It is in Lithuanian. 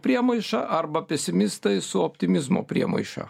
priemaiša arba pesimistai su optimizmo priemaiša